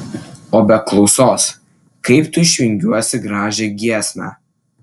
o be klausos kaip tu išvingiuosi gražią giesmę